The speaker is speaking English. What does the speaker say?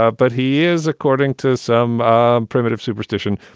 ah but he is, according to some primitive superstition,